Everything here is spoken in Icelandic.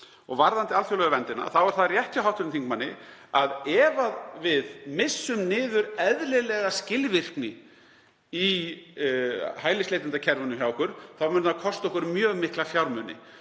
Varðandi alþjóðlegu verndina er það rétt hjá hv. þingmanni að ef við missum niður eðlilega skilvirkni í hælisleitendakerfinu hjá okkur þá mun það kosta okkur mjög mikla fjármuni.